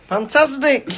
Fantastic